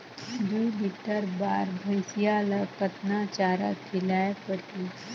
दुई लीटर बार भइंसिया ला कतना चारा खिलाय परही?